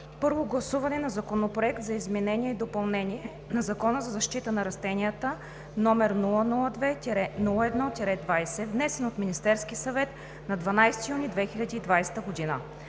първо гласуване на Законопроект за изменение и допълнение на Закона за защита на растенията, № 002-01-20, внесен от Министерския съвет на 12 юни 2020 г.